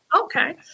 Okay